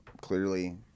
clearly